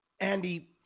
Andy